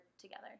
together